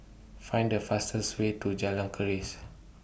Find The fastest Way to Jalan Keris